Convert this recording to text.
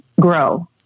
grow